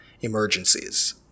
emergencies